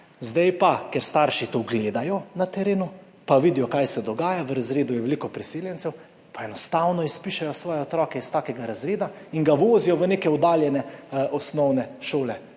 Zdaj pa, ker starši to gledajo na terenu, pa vidijo, kaj se dogaja, v razredu je veliko priseljencev, pa enostavno izpišejo svoje otroke iz takega razreda in ga vozijo v neke oddaljene osnovne šole